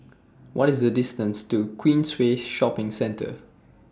What IS The distance to Queensway Shopping Centre